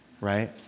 right